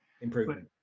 improvement